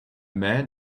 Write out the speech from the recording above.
man